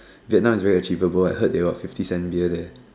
Vietnam is very achievable I heard that they got the fifty cent beer there